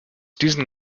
diesen